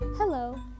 Hello